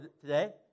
today